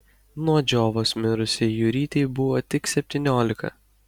nuo džiovos mirusiai jurytei buvo tik septyniolika